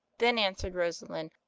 then answered rosalind,